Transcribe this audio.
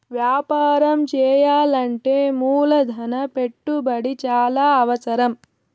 వ్యాపారం చేయాలంటే మూలధన పెట్టుబడి చాలా అవసరం